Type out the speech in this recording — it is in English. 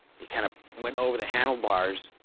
he kinda went over the handlebars.